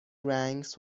ranks